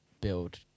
build